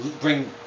bring